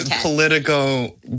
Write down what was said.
political